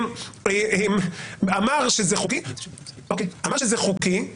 אני אמרתי שאם זה היה בעילת חוקיות,